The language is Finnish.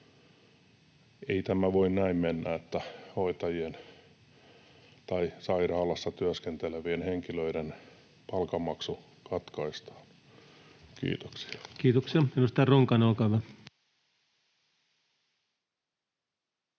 Ei tämä voi näin mennä, että hoitajien tai muiden sairaalassa työskentelevien henkilöiden palkanmaksu katkaistaan. — Kiitoksia. [Speech 10] Speaker: